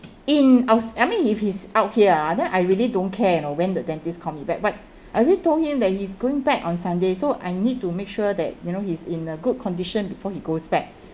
in out~ I mean if he's out here ah then I really don't care you know when the dentist call me back but I already told him that he's going back on sunday so I need to make sure that you know he's in a good condition before he goes back